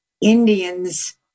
Indians